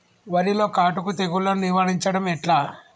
వరిలో కాటుక తెగుళ్లను నివారించడం ఎట్లా?